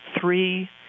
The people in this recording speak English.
three